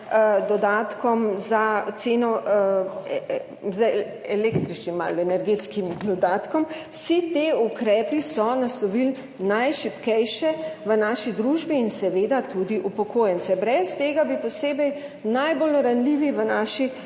dodatkom za ceno, z električnim ali energetskim dodatkom. Vsi ti ukrepi so naslovili najšibkejše v naši družbi in seveda tudi upokojence. Brez tega bi posebej najbolj ranljivi v naši